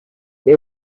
they